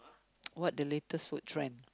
what the latest food trend